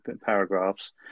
paragraphs